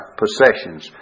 possessions